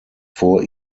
vor